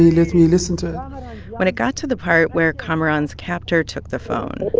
let me listen to it when it got to the part where kamaran's captor took the phone.